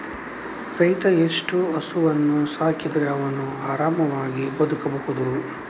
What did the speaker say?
ರೈತ ಎಷ್ಟು ಹಸುವನ್ನು ಸಾಕಿದರೆ ಅವನು ಆರಾಮವಾಗಿ ಬದುಕಬಹುದು?